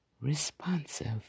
responsive